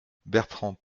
bertrand